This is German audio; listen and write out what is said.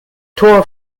tor